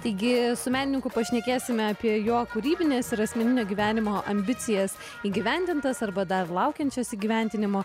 taigi su menininku pašnekėsime apie jo kūrybines ir asmeninio gyvenimo ambicijas įgyvendintas arba dar laukiančias įgyvendinimo